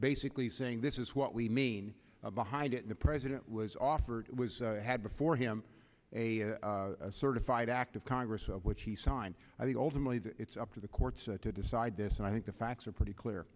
basically saying this is what we mean behind it the president was offered it was had before him a certified act of congress which he signed i think ultimately it's up to the courts to decide this and i think the facts are pretty clear